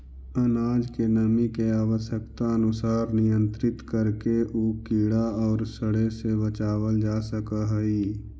अनाज के नमी के आवश्यकतानुसार नियन्त्रित करके उ कीड़ा औउर सड़े से बचावल जा सकऽ हई